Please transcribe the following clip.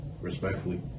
respectfully